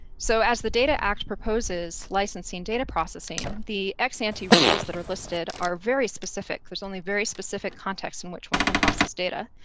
so, as the data act proposes licensing data processing, the ex-ante rules that are listed are very specific. there's only very specific contexts in which one can process data.